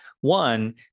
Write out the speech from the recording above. One